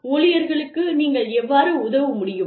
ஊழியர்களுக்கு நீங்கள் எவ்வாறு உதவ முடியும்